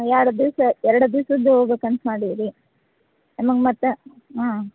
ಎರಡು ದಿವಸ ಎರಡು ದಿವ್ಸದ್ದು ಹೋಗ್ಬೇಕಂತ ಮಾಡೀವಿ ರೀ ನಮ್ಮ ಮತ್ತೆ ಹಾಂ